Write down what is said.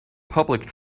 public